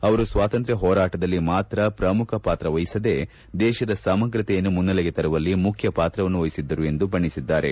ಅವರು ಸ್ವಾತಂತ್ರ ಹೋರಾಟದಲ್ಲಿ ಮಾತ್ರ ಪ್ರಮುಖ ಪಾತ್ರ ವಹಿಸದೆ ದೇಶದ ಸಮಗ್ರತೆಯನ್ನು ಮುನ್ನಲೆಗೆ ತರುವಲ್ಲಿ ಮುಖ್ಯ ಪಾತ್ರವನ್ನು ವಹಿಸಿದ್ದರು ಎಂದು ಬಣ್ಣಿಸಿದ್ದಾರೆ